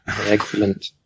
Excellent